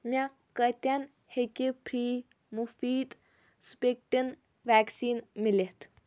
مےٚ کتٮ۪ن ہیٚکہِ فی مُفیٖط سٕپُٹنِک ویکسیٖن مِلِتھ